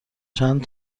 چند